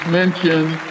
mentioned